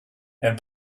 and